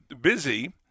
busy